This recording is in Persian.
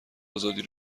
آزادی